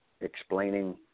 explaining